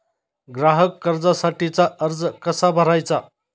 ग्राहक कर्जासाठीचा अर्ज कसा भरायचा?